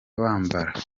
bambara